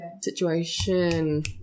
situation